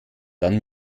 dann